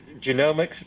genomics